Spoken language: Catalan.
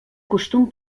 costum